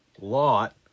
Lot